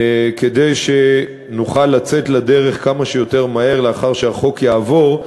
כדי שנוכל לצאת לדרך כמה שיותר מהר לאחר שהחוק יעבור,